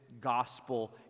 gospel